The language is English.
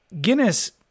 Guinness